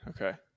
Okay